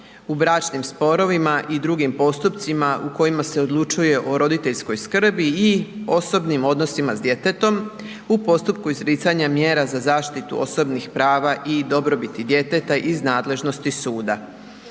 u bračnim sporovima i drugim postupcima u kojima se odlučuje o roditeljskoj skrbi i osobnim odnosima s djetetom, u postupku izricanja mjera za zaštitu osobnih prava i dobrobiti djeteta iz nadležnosti suda.